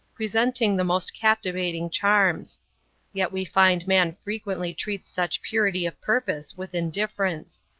presenting the most captivating charms yet we find man frequently treats such purity of purpose with indifference.